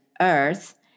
Earth